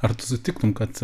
ar tu sutiktum kad